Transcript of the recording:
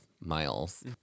miles